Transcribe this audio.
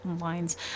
lines